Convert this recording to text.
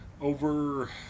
over